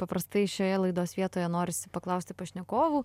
paprastai šioje laidos vietoje norisi paklausti pašnekovų